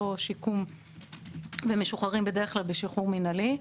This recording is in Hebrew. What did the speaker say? שיקום ומשוחררים בדרך כלל בשחרור מינהלי.